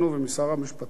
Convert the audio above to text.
ומשר המשפטים,